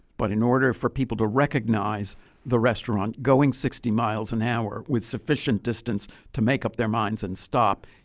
but in order for people to recognize the restaurant going sixty mph with sufficient distance to make up their minds and stop,